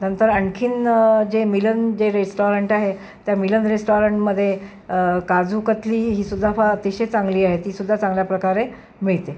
नंतर आणखी जे मिलन जे रेस्टॉरंट आहे त्या मिलन रेस्टॉरंटमध्ये काजूकतली ही सुद्धा फार अतिशय चांगली आहे ती सुद्धा चांगल्या प्रकारे मिळते